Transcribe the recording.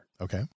Okay